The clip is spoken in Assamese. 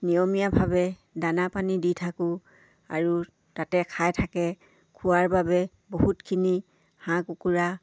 নিয়মীয়াভাৱে দানা পানী দি থাকোঁ আৰু তাতে খাই থাকে খোৱাৰ বাবে বহুতখিনি হাঁহ কুকুৰা